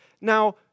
Now